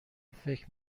فکر